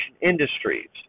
industries